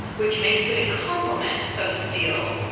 which makes it a complement of steal.